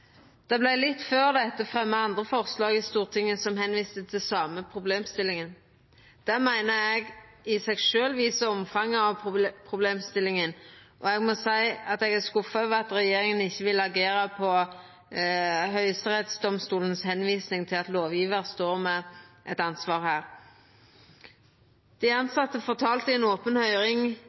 Det vart litt før dette fremja andre forslag i Stortinget som viste til den same problemstillinga. Det meiner eg i seg sjølv viser omfanget av problemet, og eg må seia at eg er skuffa over at regjeringa ikkje vil agera på tilvisinga frå høgsterettsdomstolen om at lovgjevar står med eit ansvar her. Dei tilsette fortalde i ei open høyring